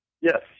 Yes